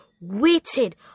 waited